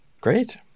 Great